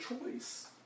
choice